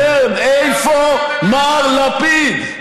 חבר הכנסת שטרן, איפה מר לפיד?